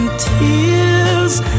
Tears